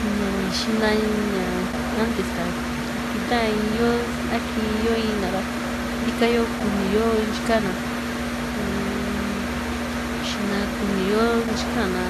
ña xina ña antes ka kita in yo a kii yo in na ra ntika yo kuni yo intyi ka´na uun xina kuni yo intyi ka´an na